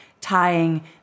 tying